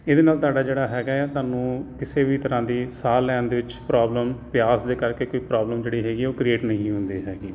ਇਹਦੇ ਨਾਲ ਤੁਹਾਡਾ ਜਿਹੜਾ ਹੈਗਾ ਤੁਹਾਨੂੰ ਕਿਸੇ ਵੀ ਤਰ੍ਹਾਂ ਦੀ ਸਾਹ ਲੈਣ ਦੇ ਵਿੱਚ ਪ੍ਰੋਬਲਮ ਪਿਆਸ ਦੇ ਕਰਕੇ ਕੋਈ ਪ੍ਰੋਬਲਮ ਜਿਹੜੀ ਹੈਗੀ ਉਹ ਕਰੀਏਟ ਨਹੀਂ ਹੁੰਦੀ ਹੈਗੀ